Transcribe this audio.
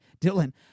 Dylan